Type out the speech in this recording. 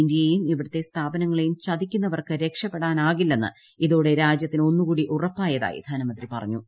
ഇന്ത്യയെയും ഇവിടുത്തെ സ്ഥാപനങ്ങളെയും ചതിക്കുന്നവർക്ക് രക്ഷപ്പെടാനാകില്ലെന്ന് ഇ്തോടെ രാജ്യത്തിന് ഒന്നുകൂടി ഉറപ്പായതായി ധനമന്ത്രി പറഞ്ഞു